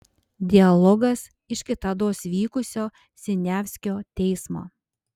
dialogas iš kitados vykusio siniavskio teismo